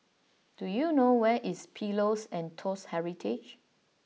do you know where is Pillows and Toast Heritage